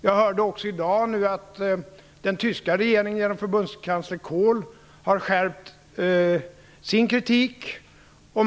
Jag hörde också i dag att den tyska regeringen genom förbundskansler Kohl har skärpt sin kritik.